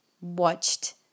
watched